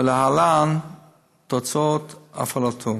ולהלן תוצאות הפעלתו: